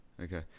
Okay